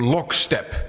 Lockstep